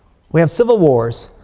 we have civil wars.